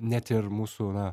net ir mūsų